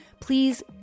please